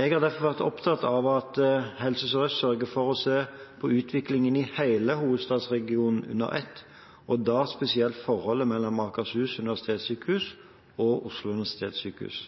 Jeg har derfor vært opptatt av at Helse Sør-Øst sørger for å se på utviklingen i hele hovedstadsregionen under ett, og da spesielt forholdet mellom Akershus universitetssykehus og Oslo universitetssykehus.